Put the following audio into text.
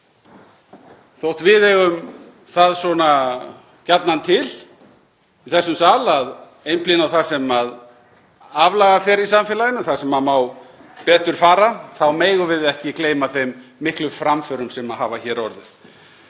Þótt við eigum það gjarnan til í þessum sal að einblína á það sem aflaga fer í samfélaginu, það sem má betur fara, þá megum við ekki gleyma þeim miklu framförum sem hafa orðið.